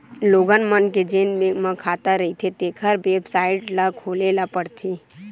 लोगन मन के जेन बैंक म खाता रहिथें तेखर बेबसाइट ल खोले ल परथे